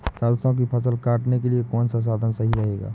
सरसो की फसल काटने के लिए कौन सा साधन सही रहेगा?